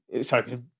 Sorry